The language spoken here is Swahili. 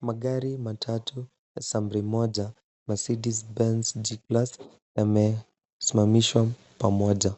Magari matatu ya sampli Moja Mercedes Benz G plus ( yamesimamishwa pamoja